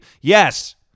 yes